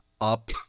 up